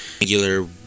regular